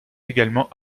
également